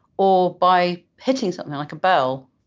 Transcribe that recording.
or by hitting something, like a bell.